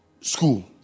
school